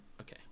okay